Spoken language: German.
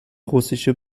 russische